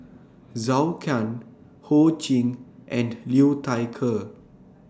Zhou Can Ho Ching and Liu Thai Ker